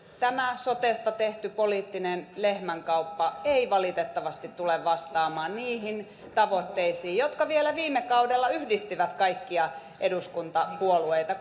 tämä sotesta tehty poliittinen lehmänkauppa ei valitettavasti tule vastaamaan niihin tavoitteisiin jotka vielä viime kaudella yhdistivät kaikkia eduskuntapuolueita